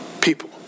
people